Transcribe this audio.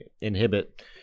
inhibit